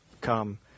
come